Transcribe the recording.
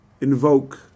invoke